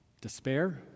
despair